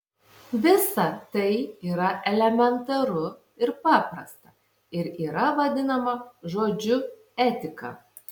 visa tai yra elementaru ir paprasta ir yra vadinama žodžiu etika